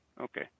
Okay